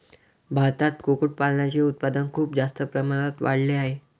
भारतात कुक्कुटपालनाचे उत्पादन खूप जास्त प्रमाणात वाढले आहे